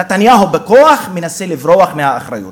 נתניהו בכוח מנסה לברוח מהאחריות,